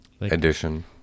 addition